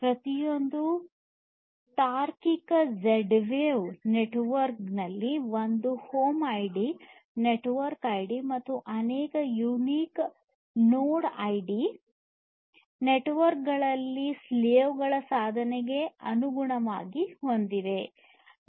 ಪ್ರತಿಯೊಂದು ತಾರ್ಕಿಕ Z wave network ನಲ್ಲಿ ಒಂದು ಹೋಮ್ ಐಡಿ ನೆಟ್ವರ್ಕ್ ಐಡಿ ಮತ್ತು ಅನೇಕ ಯೂನಿಕ್ ನೋಡ್ ಐಡಿಗಳನ್ನು ನೆಟ್ವರ್ಕ್ನಲ್ಲಿನ ಸ್ಲೇವ್ ಗಳ ಸಾಧನಗಳಿಗೆ ಅನುಗುಣವಾಗಿ ಹೊಂದಿವೆ